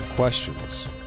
Questions